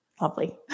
Lovely